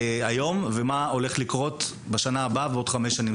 היום ומה הולך לקרות בשנה הבאה ובעוד חמש שנים.